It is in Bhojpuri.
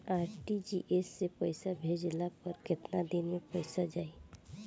आर.टी.जी.एस से पईसा भेजला पर केतना दिन मे पईसा जाई?